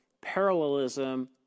parallelism